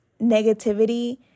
negativity